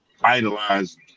idolize